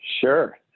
Sure